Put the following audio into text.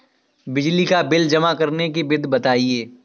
बिजली का बिल जमा करने की विधि बताइए?